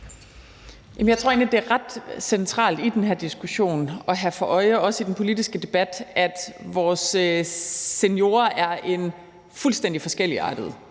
Jeg tror egentlig, det er ret centralt i den her diskussion og i den politiske debat at have for øje, at vores seniorer er en fuldstændig forskelligartet